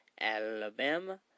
Alabama